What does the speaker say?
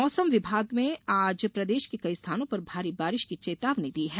मौसम विभाग में आज प्रदेश के कई स्थानों पर भारी बारिश की चेतावनी दी है